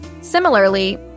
Similarly